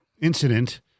incident